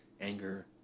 anger